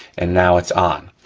and now, it's on.